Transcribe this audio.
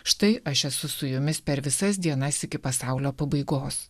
štai aš esu su jumis per visas dienas iki pasaulio pabaigos